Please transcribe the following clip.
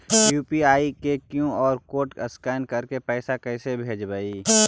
UPI के QR code scan करके पैसा कैसे भेजबइ?